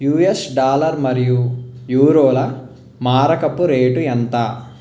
US dollar మరియు యూరోల మారకపు రేటు ఎంత